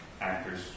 actors